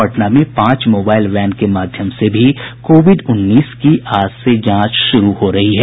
पटना में पांच mobile van के माध्यम से भी कोविड उन्नीस की आज से जांच शुरू हो रही है